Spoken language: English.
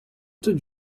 did